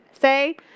say